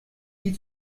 die